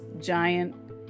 giant